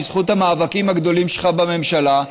בזכות המאבקים הגדולים שלך בממשלה,